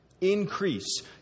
Increase